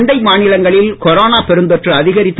அண்டை மாநிலங்களில் கொரோனா பெருந்தொற்று அதிகரித்து